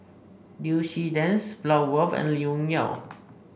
Liu Si Dennis Bloodworth and Lee Wung Yew